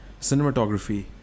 cinematography